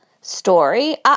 story